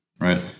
right